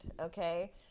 okay